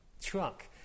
truck